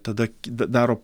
tada d daro